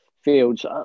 Fields